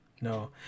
No